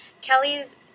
Kelly's